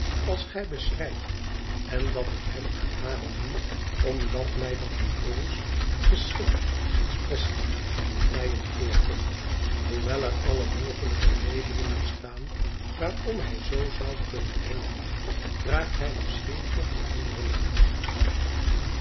als gij beschrijft en dat ik hem aron noem omdat mij dat hebreeuwsch geschikt expressief en vleiend voorkomt hoewel er alle mogelijke redenen bestaan waarom hij zoo zou kunnen heeten draagt hij misschien toch een anderen naam